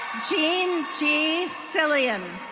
gene g cillian.